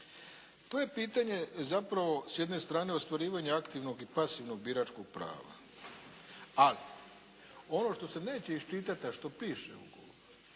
To je pitanje zapravo s jedne strane ostvarivanje aktivnog i pasivnog biračkog prava, ali ono što se neće iščitati, a što piše u ugovoru